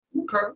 Okay